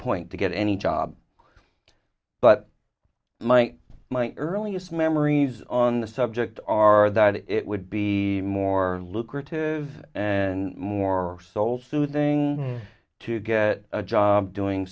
point to get any job but my my earliest memories on the subject are that it would be more lucrative and more soul soothing to get a job doing